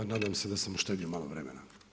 Nadam se da sam uštedio malo vremena.